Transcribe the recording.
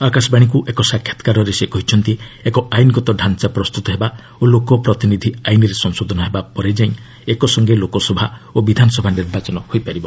ଆକାଶବାଣୀକ୍ର ଏକ ସାକ୍ଷାତକାରରେ ସେ କହିଛନ୍ତି ଏକ ଆଇନ୍ଗତ ଢାଞ୍ଚା ପ୍ରସ୍ତତ ହେବା ଓ ଲୋକପ୍ରତିନିଧି ଆଇନ୍ରେ ସଂଶୋଧନ ହେବା ପରେ ଯାଇଁ ଏକ ସଙ୍ଗେ ଲୋକସଭା ଓ ବିଧାନସଭା ନିର୍ବାଚନ ହୋଇପାରିବ